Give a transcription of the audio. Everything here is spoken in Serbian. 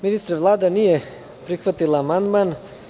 Ministre, Vlada nije prihvatila amandman.